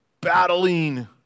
battling